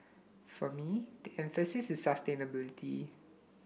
for me the emphasis is sustainability